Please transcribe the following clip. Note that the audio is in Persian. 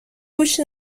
گوش